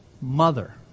mother